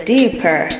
Deeper